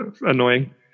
annoying